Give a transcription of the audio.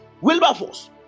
Wilberforce